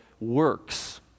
works